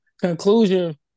conclusion